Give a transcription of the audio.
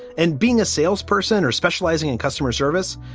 and being a salesperson or specializing in customer service.